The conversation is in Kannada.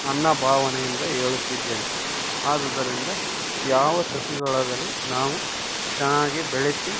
ನನ್ನ ಭಾವನೆಯಿಂದ ಹೇಳುತ್ತಿದ್ದೇನೆ ಆದುದರಿಂದ ಯಾವ ಸಸಿಗಳಾಗಲಿ ನಾವು ಚೆನ್ನಾಗಿ ಬೆಳೆಸಿ